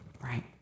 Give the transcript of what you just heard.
right